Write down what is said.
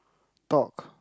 talk